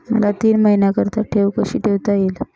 मला तीन महिन्याकरिता ठेव कशी ठेवता येईल?